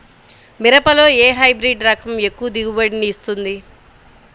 మిరపలో ఏ హైబ్రిడ్ రకం ఎక్కువ దిగుబడిని ఇస్తుంది?